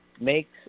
makes